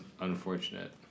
Unfortunate